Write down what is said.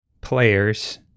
players